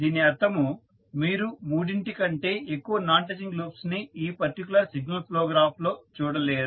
దీని అర్థము మీరు మూడింటి కంటే ఎక్కువ నాన్ టచింగ్ లూప్స్ ని ఈ పర్టికులర్ సిగ్నల్ ఫ్లో గ్రాఫ్ లో చూడలేరు